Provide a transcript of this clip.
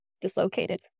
dislocated